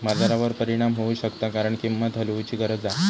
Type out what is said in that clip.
बाजारावर परिणाम होऊ शकता कारण किंमत हलवूची गरज हा